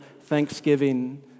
thanksgiving